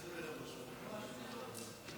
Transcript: הסיר.